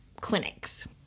clinics